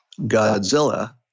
Godzilla